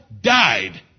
died